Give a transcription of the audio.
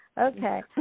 Okay